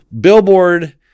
billboard